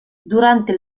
durante